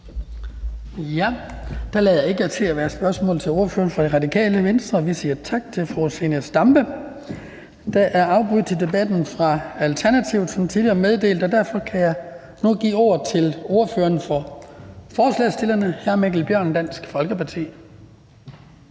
Det lader ikke til, at der er spørgsmål til ordføreren for Radikale Venstre. Vi siger tak til fru Zenia Stampe. Der er som tidligere meddelt afbud til debatten fra Alternativet, og derfor kan jeg nu give ordet til ordføreren for forslagsstillerne, hr. Mikkel Bjørn, Dansk Folkeparti.